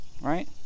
right